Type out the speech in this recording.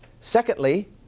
Secondly